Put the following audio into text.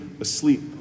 asleep